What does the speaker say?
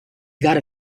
gotta